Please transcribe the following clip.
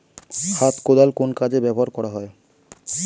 হাত কোদাল কোন কাজে ব্যবহার করা হয়?